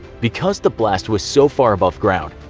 because the blast was so far above ground,